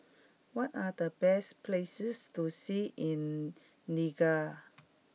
what are the best places to see in Niger